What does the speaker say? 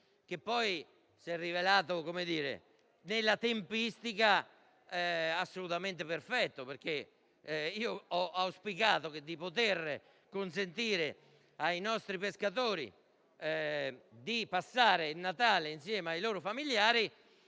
che poi si è rivelato nella tempistica assolutamente perfetto. Ho auspicato di poter consentire ai nostri pescatori di passare il Natale insieme ai loro familiari